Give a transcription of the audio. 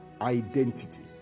identity